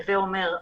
הווי אומר,